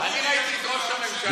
אני ראיתי את ראש הממשלה,